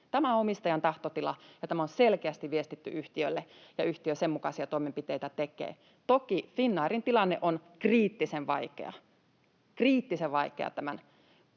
Tämä on omistajan tahtotila, ja tämä on selkeästi viestitty yhtiölle, ja yhtiö sen mukaisia toimenpiteitä tekee. Toki Finnairin tilanne on kriittisen vaikea, kriittisen vaikea, tämän